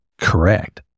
Correct